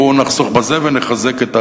בואו נחסוך בזה ונחזק את האחרים.